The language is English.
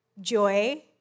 joy